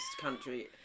country